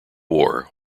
war